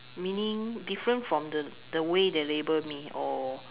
meaning different from the the way they label me or